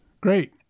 Great